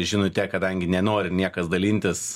žinute kadangi nenori niekas dalintis